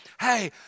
hey